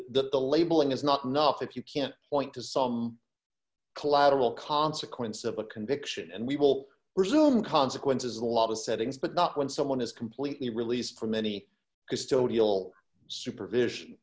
that the labeling is not enough if you can't point to some collateral consequence of a conviction and we will resume consequences a lot of settings but not when someone is completely released from any custodial supervision